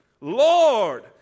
Lord